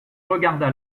regarda